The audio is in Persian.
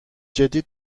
جدی